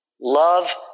love